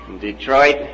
Detroit